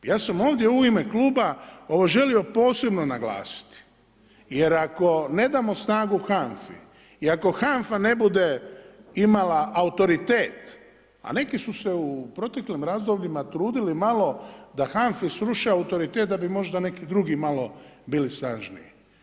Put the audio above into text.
Ja sam ovdje u ime kluba ovo želio posebno naglasiti jer ako ne damo snagu HANFA-i i ako HANFA ne bude imala autoritet, a neki su se u proteklim razdobljima trudili malo da HANFA-i sruše autoritet da bi možda neki drugi malo bili sažmiji.